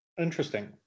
Interesting